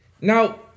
Now